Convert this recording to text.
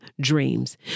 dreams